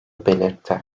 belirtti